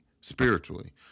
spiritually